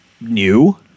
new